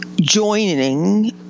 joining